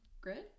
Grid